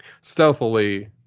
stealthily